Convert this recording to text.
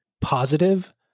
positive